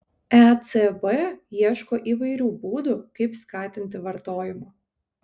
ecb ieško įvairių būdų kaip skatinti vartojimą